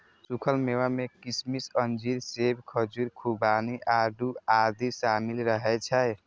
सूखल मेवा मे किशमिश, अंजीर, सेब, खजूर, खुबानी, आड़ू आदि शामिल रहै छै